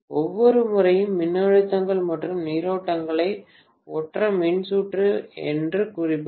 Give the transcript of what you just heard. ஒவ்வொரு முறையும் மின்னழுத்தங்கள் மற்றும் நீரோட்டங்களை ஒற்றை மின்சுற்று என்று குறிப்பிடவும்